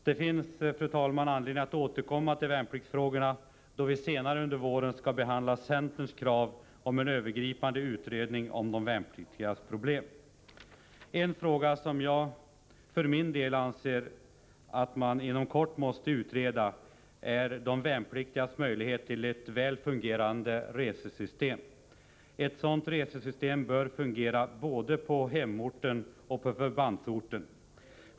Det finns, fru talman, anledning att återkomma till värnpliktsfrågorna då vi senare under våren skall behandla centerns krav på en övergripande utredning om de värnpliktigas problem. En fråga som jag för min del anser att man inom kort måste utreda är ett väl fungerande resesystem för de värnpliktiga. Ett sådant system bör fungera både på hemorten och på förbandsorten.